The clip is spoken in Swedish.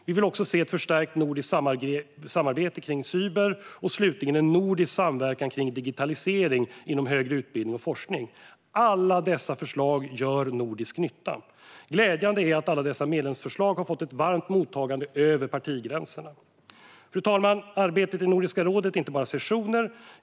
Vi vill också se ett förstärkt nordiskt samarbete om cyberförsvar och en nordisk samverkan kring digitalisering inom högre utbildning och forskning. Alla dessa förslag gör nordisk nytta. Glädjande är att dessa medlemsförslag har fått ett varmt mottagande över partigränserna. Fru talman! Arbetet i Nordiska rådet är inte bara sessioner.